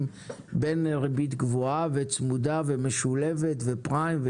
בין ריבית קבועה וצמודה ומשולבת ופריים.